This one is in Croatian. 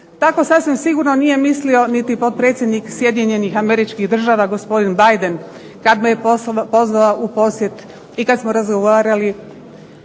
Tako sasvim sigurno nije mislio niti potpredsjednik SAD-a gospodin Biden kada me je pozvao u posjet i kada smo razgovarali